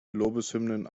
lobeshymnen